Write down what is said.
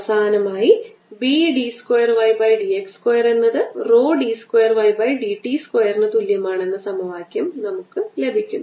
അവസാനമായി B d square y by d x square എന്നത് rho d square y by d t സ്ക്വയറിന് തുല്യമാണ് എന്ന സമവാക്യം നമുക്ക് ലഭിക്കുന്നു